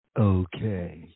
Okay